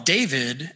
David